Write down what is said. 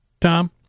Tom